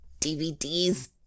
dvds